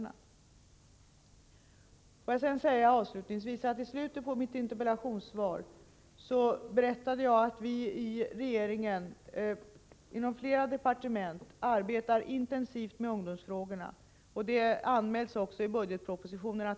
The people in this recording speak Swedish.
Avslutningsvis vill jag påpeka att jag i slutet av mitt interpellationssvar berättade att vi inom regeringen i flera departement arbetar intensivt med ungdomsfrågorna. Att vi gör det är också anmält i budgetpropositionen.